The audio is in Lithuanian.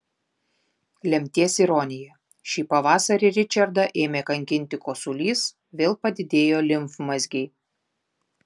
lemties ironija šį pavasarį ričardą ėmė kankinti kosulys vėl padidėjo limfmazgiai